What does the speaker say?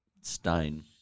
Stein